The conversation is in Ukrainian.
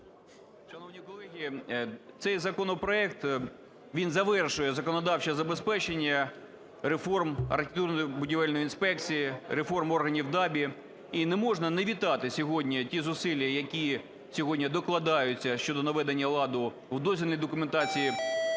Шановні колеги, цей законопроект він завершує законодавче забезпечення реформ архітектурно-будівельної інспекції, реформ органів ДАБІ, і не можна не вітати сьогодні ті зусилля, які сьогодні докладаються щодо наведення ладу в дозвільній документації